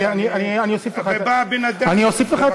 אגיב, שנייה.